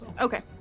Okay